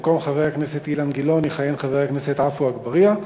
במקום חבר הכנסת אילן גילאון יכהן חבר הכנסת עפו אגבאריה.